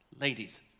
Ladies